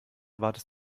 wartest